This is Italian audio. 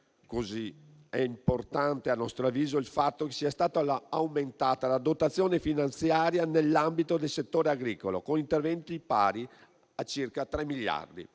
è importante, a nostro avviso, che sia stata aumentata la dotazione finanziaria nell'ambito del settore agricolo, con interventi pari a circa 3 miliardi